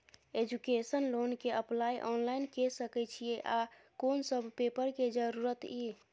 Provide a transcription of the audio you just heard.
Education loan के apply online के सके छिए आ कोन सब पेपर के जरूरत इ?